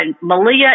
malia